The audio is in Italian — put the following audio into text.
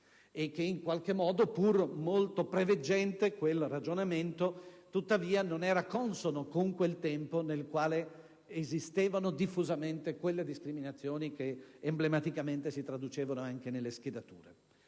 e che in qualche modo, pur preveggente, quel ragionamento non era tuttavia consono a quel tempo, nel quale esistevano diffusamente quelle discriminazioni che emblematicamente si traducevano anche nelle schedature.